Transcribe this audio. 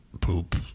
poop